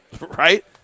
Right